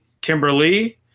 Kimberly